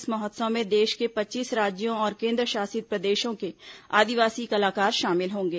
इस महोत्सव में देश के पच्चीस राज्यों और केन्द्रशासित प्रदेशों के आदिवासी कलाकार शामिल होंगे